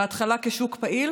בהתחלה כשוק פעיל